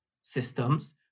systems